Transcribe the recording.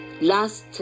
last